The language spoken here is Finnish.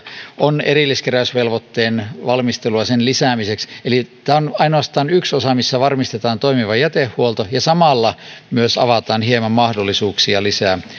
on erilliskeräysvelvoitteiden valmistelua sen lisäämiseksi eli tämä on ainoastaan yksi osa missä varmistetaan toimiva jätehuolto ja samalla myös avataan hieman mahdollisuuksia lisää